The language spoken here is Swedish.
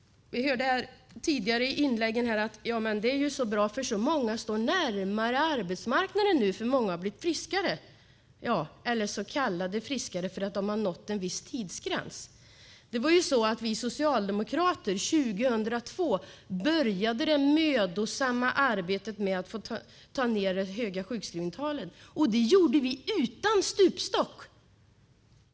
Vi hörde i tidigare inlägg att det är bra att så många står närmare arbetsmarknaden nu eftersom de blivit friskare - eller så kallat friskare för att de har nått en viss tidsgräns. År 2002 började vi socialdemokrater det mödosamma arbetet med att ta ned de höga sjukskrivningstalen. Detta gjorde vi utan stupstock.